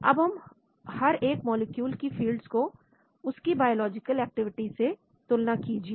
अब हर एक मॉलिक्यूल की फील्ड्स को उसकी बायोलॉजिकल एक्टिविटी से तुलना कीजिए